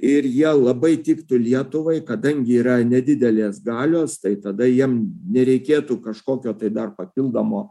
ir jie labai tiktų lietuvai kadangi yra nedidelės falios tai tada jiem nereikėtų kažkokio tai dar papildomo